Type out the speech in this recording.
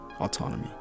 autonomy